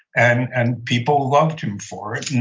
and and people loved him for it.